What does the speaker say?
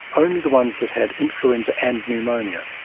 only the ones that had influenza and pneumonia.